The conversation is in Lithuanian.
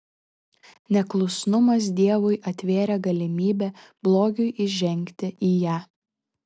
neklusnumas dievui atvėrė galimybę blogiui įžengti į ją